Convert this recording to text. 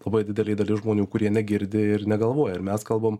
labai didelė dalis žmonių kurie negirdi ir negalvoja ir mes kalbam